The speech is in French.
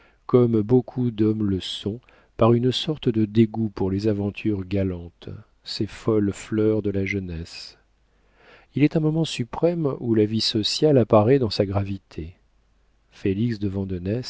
comme beaucoup d'hommes le sont par une sorte de dégoût pour les aventures galantes ces folles fleurs de la jeunesse il est un moment suprême où la vie sociale apparaît dans sa gravité félix de